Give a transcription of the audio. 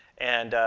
and,